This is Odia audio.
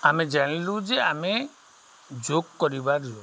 ଆମେ ଜାଣିଲୁ ଯେ ଆମେ ଯୋଗ କରିବାର ଜରୁରୀ